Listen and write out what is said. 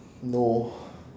no